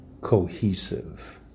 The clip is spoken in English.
cohesive